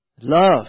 love